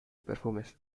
perfumes